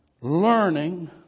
learning